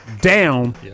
down